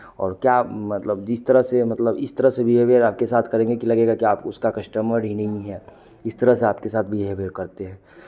और क्या मतलब जिस तरह से मतलब इस तरह से बिहेवियर आपके साथ करेंगे कि लगेगा कि आप उसका कस्टमर ही नहीं है इस तरह से आपके साथ बिहेवियर करते हैं